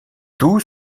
tout